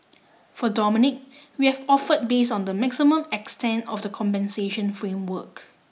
for Dominique we have offered based on the maximum extent of the compensation framework